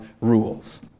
rules